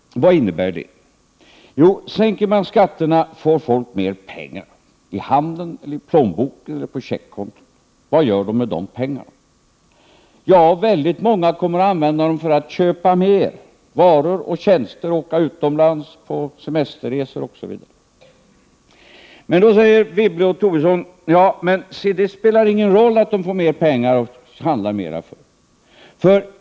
Vad innebär det? Sänker man skatterna får folk mer pengar, i handen eller i plånboken eller på checkkonto. Vad gör de med de pengarna? Ja, väldigt många kommer att använda dem för att köpa mer varor och tjänster, åka utomlands på semesterresor osv. Men då säger Anne Wibble och Lars Tobisson: Det spelar ingen roll att folk får mer pengar att handla mer för.